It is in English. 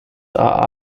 are